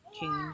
change